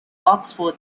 oxford